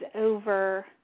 over